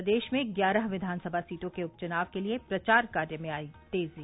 प्रदेश में ग्यारह विधानसभा सीटों के उप चुनाव के लिए प्रचार कार्य में आयी तेजी